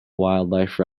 wildlife